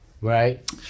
Right